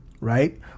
right